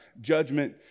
judgment